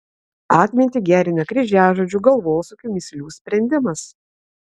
atmintį gerina kryžiažodžių galvosūkių mįslių sprendimas